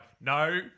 no